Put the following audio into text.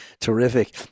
terrific